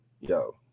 Yo